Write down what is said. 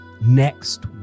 next